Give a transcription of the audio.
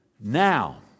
now